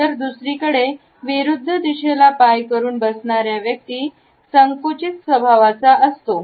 तर दुसरीकडे विरुद्ध दिशेला पाय करून बसणाऱ्या व्यक्ती संकुचित प्रवृत्तीचा असतो